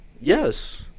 yes